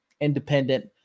independent